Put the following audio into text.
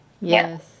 Yes